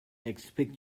expect